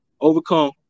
overcome